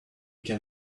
can